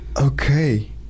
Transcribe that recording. Okay